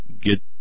get